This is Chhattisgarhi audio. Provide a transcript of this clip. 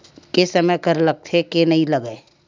के समय कर लगथे के नइ लगय?